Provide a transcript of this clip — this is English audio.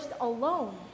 alone